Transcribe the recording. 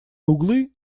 углы